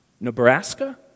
Nebraska